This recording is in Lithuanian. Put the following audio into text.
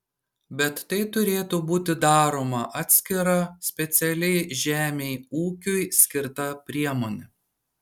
bet tai turėtų būti daroma atskira specialiai žemei ūkiui skirta priemone